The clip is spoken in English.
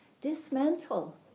dismantle